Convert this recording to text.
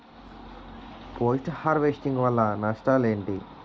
Post harvesting వల్ల నష్టాలు ఏంటి?